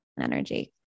energy